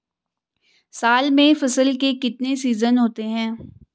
साल में फसल के कितने सीजन होते हैं?